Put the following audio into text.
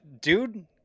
dude